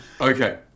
Okay